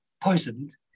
Poisoned